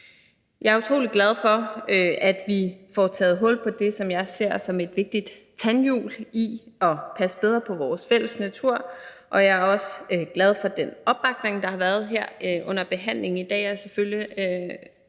Jeg er utrolig glad for, at vi får taget hul på det, som jeg ser som et vigtigt tandhjul i at passe bedre på vores fælles natur, og jeg er også glad for den opbakning, der har været her under behandlingen i dag,